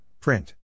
print